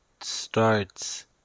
starts